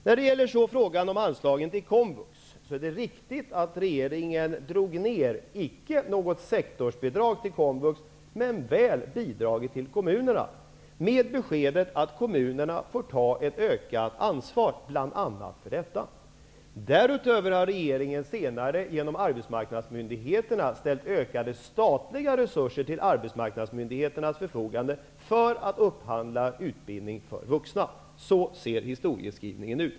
När det så gäller frågan om anslag till komvux vill jag säga att det är riktigt att regeringen icke drog ned på sektorsbidraget till komvux men väl på bidraget till kommunerna. Det gjordes samtidigt som beskedet gavs att kommunerna får ta ett ökat ansvar, bl.a. i detta sammanhang. Därutöver har regeringen senare genom arbetsmarknadsmyndigheterna ställt ökade statliga resurser till just arbetsmarknadsmyndigheternas förfogande för upphandling av utbildning för vuxna. Så ser historiebeskrivningen ut.